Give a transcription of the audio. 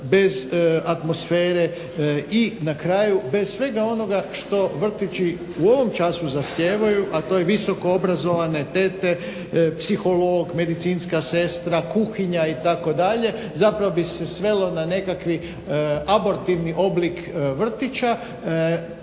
bez atmosfere i na kraju bez svega onoga što vrtići u ovom času zahtijevaju, a to je visokoobrazovane tete, psiholog, medicinska sestra, kuhinja itd. zapravo bi se svelo na nekakav abortivni oblik vrtića,